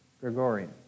Gregorian